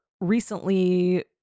recently